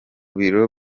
biro